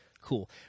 Cool